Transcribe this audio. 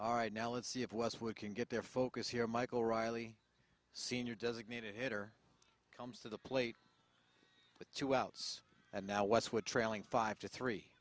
all right now let's see if westwood can get their focus here michael riley sr designated hitter comes to the plate with two outs and now what's what trailing five to three